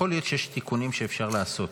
יכול להיות שיש תיקונים שאפשר לעשות.